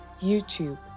YouTube